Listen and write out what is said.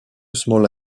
small